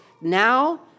now